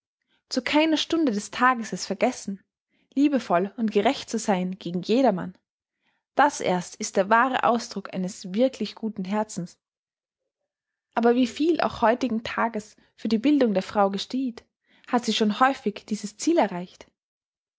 zu keiner stunde des tages es vergessen liebevoll und gerecht zu sein gegen jedermann das erst ist der wahre ausdruck eines wirklich guten herzens aber wie viel auch heutigen tages für die bildung der frau geschieht hat sie schon häufig dieses ziel erreicht